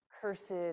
Cursed